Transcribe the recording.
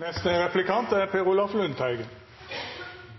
Statsråden toner ned hele saken og sier at det er